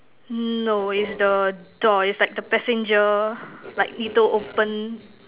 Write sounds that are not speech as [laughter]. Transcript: no is the door is like the passenger [breath] like he don't open